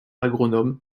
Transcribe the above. agronome